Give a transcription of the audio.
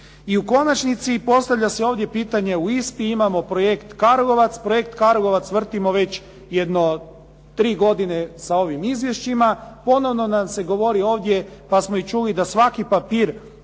I u konačni postavlja se ovdje pitanje, u ISPA-i imamo projekt "Karlovac". Projekt "Karlovac" vrtimo već jedno tri godine sa ovim izvješćima. Ponovno nam se govori ovdje pa smo i čuli da svaki papir